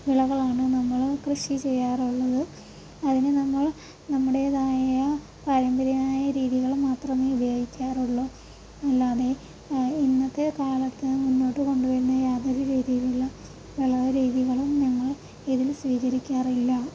വിളകളാണ് നമ്മൾ കൃഷി ചെയ്യാറുള്ളത് അതിന് നമ്മൾ നമ്മുടേതായ പാരമ്പര്യമായ രീതികൾ മാത്രമേ ഉപയോഗിക്കാറുള്ളൂ അല്ലാതെ ഇന്നത്തെ കാലത്ത് മുന്നോട്ട് കൊണ്ടു വരുന്ന യാതൊരു രീതിയിലും ഉള്ള വിളവ് രീതികളും ഞങ്ങൾ ഇതിന് സ്വീകരിക്കാറില്ല